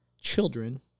children